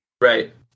Right